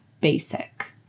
basic